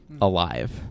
alive